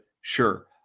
Sure